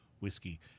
Whiskey